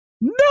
No